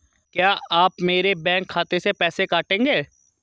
क्या आप मेरे बैंक खाते से पैसे काटेंगे?